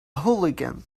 hooligan